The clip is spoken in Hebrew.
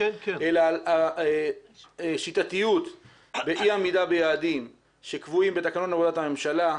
אלא על השיטתיות באי עמידה ביעדים שקבועים בתקנון עבודת הממשלה,